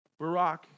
Barack